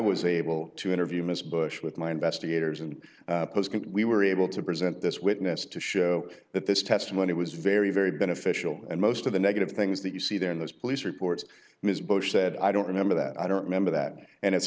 was able to interview ms bush with my investigators and we were able to present this witness to show that this testimony was very very beneficial and most of the negative things that you see there in those police reports ms bush said i don't remember that i don't remember that and it's